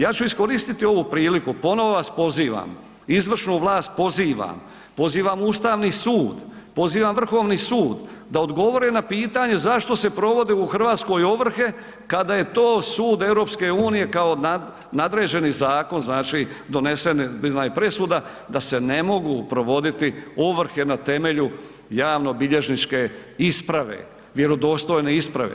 Ja ću iskoristiti ovu priliku, ponovo vas pozivam, izvršnu vlast pozivam, pozivam Ustavni sud, pozivam Vrhovni sud, da odgovore na pitanje zašto se provode u Hrvatskoj ovrhe kada je to sud EU kao nadređeni zakon, znači donesena je presuda da se ne mogu provoditi ovrhe na temelju javnobilježničke isprave, vjerodostojne isprave.